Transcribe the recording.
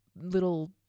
little